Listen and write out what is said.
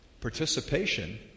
participation